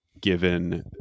given